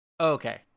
okay